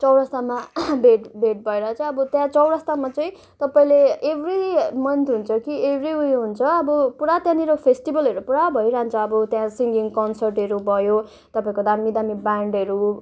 चौरस्तामा भेट भेट भएर चाहिँ अब त्यहाँ चौरस्तामा चाहिँ तपाईँले एभ्री मन्थ हुन्छ कि एभ्री उयो हुन्छ अब पुरा त्यहाँनिर फेस्टिभलहरू पुरा भइरहन्छ अब त्यहाँ सिङ्गिङ कन्सर्टहरू भयो तपाईँको दामी दामी ब्यान्डहरू